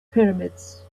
pyramids